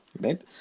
right